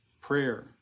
prayer